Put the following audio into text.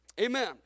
Amen